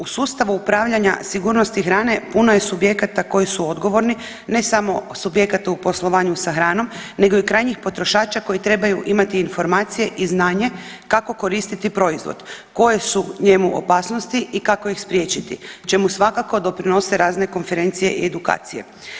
U sustavu upravljanja sigurnosti hrane puno je subjekata koji su odgovorni, ne samo subjekata u poslovanju sa hranom nego i krajnjih potrošača koji trebaju imati informacije i znanje kako koristiti proizvod, koje su njemu opasnosti i kako ih spriječiti, čemu svakako doprinose razne konferencije i edukacije.